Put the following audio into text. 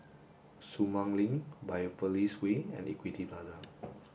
Sumang Link Biopolis Way and Equity Plaza